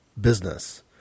business